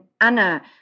Anna